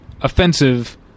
offensive